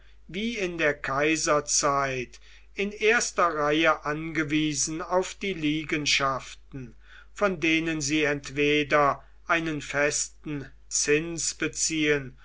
wie in der kaiserzeit in erster reihe angewiesen auf die liegenschaften von denen sie entweder einen festen zins beziehen